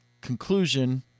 conclusion